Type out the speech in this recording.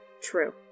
true